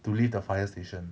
to leave the fire station